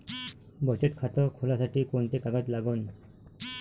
बचत खात खोलासाठी कोंते कागद लागन?